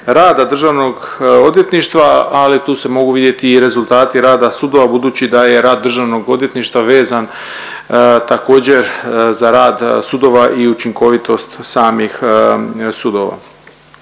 rada državnog odvjetništva, ali tu se mogu vidjeti i rezultati rada sudova budući da je rad državnog odvjetništva vezan također za rad sudova i učinkovitost samih sudova.